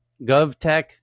GovTech